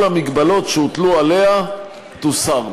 כל המגבלות שהוטלו עליה תוסרנה.